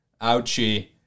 Ouchie